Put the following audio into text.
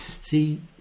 see